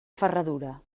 ferradura